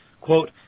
quote